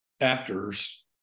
actors